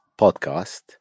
podcast